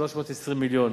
320 מיליון,